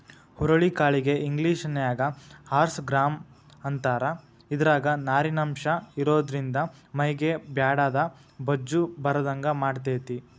ಹುರುಳಿ ಕಾಳಿಗೆ ಇಂಗ್ಲೇಷನ್ಯಾಗ ಹಾರ್ಸ್ ಗ್ರಾಂ ಅಂತಾರ, ಇದ್ರಾಗ ನಾರಿನಂಶ ಇರೋದ್ರಿಂದ ಮೈಗೆ ಬ್ಯಾಡಾದ ಬೊಜ್ಜ ಬರದಂಗ ಮಾಡ್ತೆತಿ